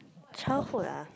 childhood ah